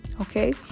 okay